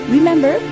Remember